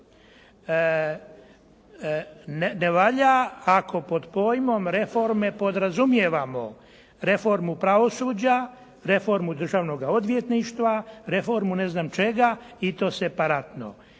Ne valja ako pod pojmom reforme podrazumijevamo reformu pravosuđa, reformu državnoga odvjetništva, reformu ne znam čega i to separatno.